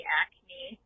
acne